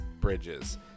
bridges